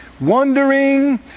wondering